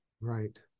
right